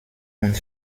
und